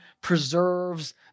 preserves